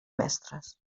mestres